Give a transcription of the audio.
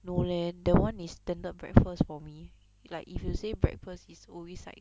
no leh that [one] is standard breakfast for me like if you say breakfast it's always like